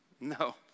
No